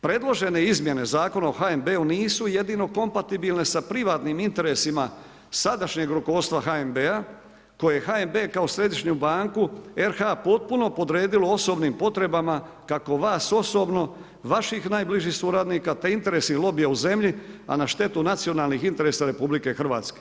Predložene izmjene Zakona o HNB-u nisu jedino kompatibilne sa privatnim interesima sadašnjeg rukovodstva HNB-a, koje HNB kao središnju banku RH potpuno podredilo osobnim potrebama, kako vas osobno, vaših najbližih suradnika, interesnih lobija u zemlji, a na štetu nacionalnih interesa RH.